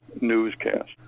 newscast